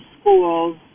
schools